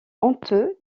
honteux